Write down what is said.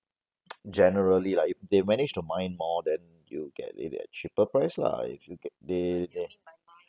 generally lah if they manage to mine more then you get it at cheaper price lah if you get they they